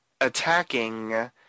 attacking